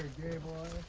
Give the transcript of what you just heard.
naval